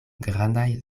grandaj